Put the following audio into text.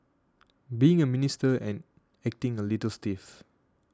being a Minister and acting a little stiff